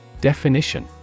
Definition